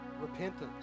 Repentance